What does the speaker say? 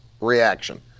reaction